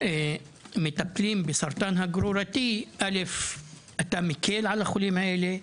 מטפלים בסרטן הגרורתי קודם כל אתה מקל על החולים האלו,